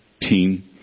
Team